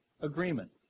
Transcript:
agreement